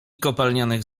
kopalnianych